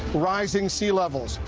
rising sea levels,